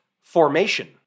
formation